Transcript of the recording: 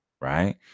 right